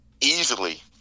easily